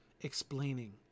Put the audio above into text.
explaining